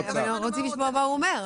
אנחנו רוצים לשמוע מה הוא אומר.